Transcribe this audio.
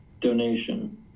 donation